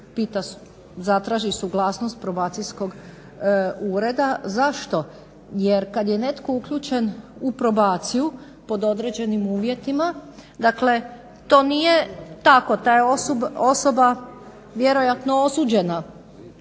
zatraži suglasnost probacijskog ureda. Zašto? Jer kad je netko uključen u probaciju pod određenim uvjetima, dakle to nije tako. Ta je osoba vjerojatno osuđena